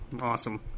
Awesome